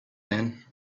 then